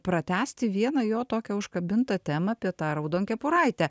pratęsti vieną jo tokią užkabintą temą apie tą raudonkepuraitę